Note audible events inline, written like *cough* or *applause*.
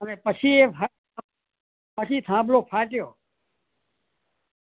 અને પછી એ *unintelligible* પછી થાંભલો ફાટ્યો